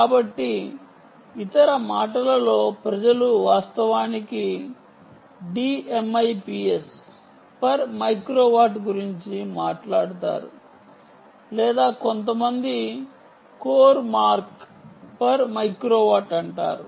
కాబట్టి ఇతర మాటలలో ప్రజలు వాస్తవానికి D MIPS per మైక్రోవాట్ గురించి మాట్లాడుతారు లేదా కొంతమంది కోర్ మార్క్ per మైక్రోవాట్ అంటారు